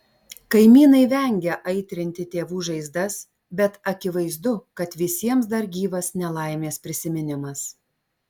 kaimynai vengia aitrinti tėvų žaizdas bet akivaizdu kad visiems dar gyvas nelaimės prisiminimas